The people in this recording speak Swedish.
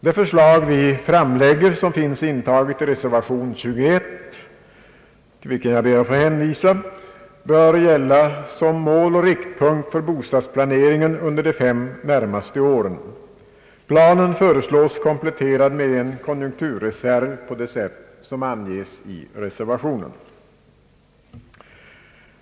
Det förslag vi framlägger och som finns intaget i reservation 22 vilken jag hänvisar till bör gälla som mål och riktpunkt för bostadsplaneringen under de fem närmaste åren. Planen föreslås kompletterad med en konjunkturreserv på det sätt som anges i reservationen.